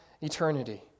eternity